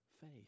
faith